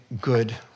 good